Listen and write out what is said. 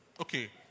Okay